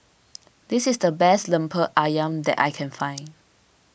this is the best Lemper Ayam that I can find